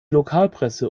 lokalpresse